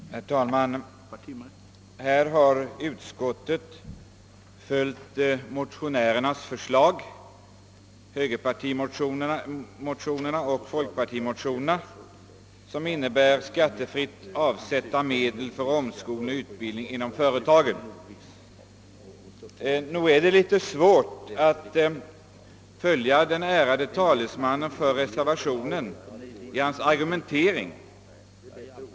Herr talman! I denna fråga har utskottet följt förslagen i motioner från högerpartiet och folkpartiet som innebär att medel skattefritt får avsättas för omskolning inom företagen. Nog är det litet svårt att följa den ärade talesmannen för reservationen i hans argumentering.